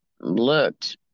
looked